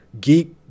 Geek